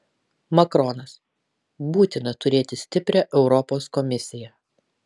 makronas būtina turėti stiprią europos komisiją